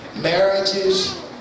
marriages